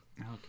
okay